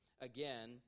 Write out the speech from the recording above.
again